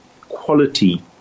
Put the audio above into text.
quality